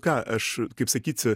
ką aš kaip sakyti